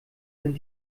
sind